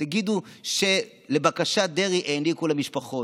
תגידו שלבקשת דרעי העניקו למשפחות.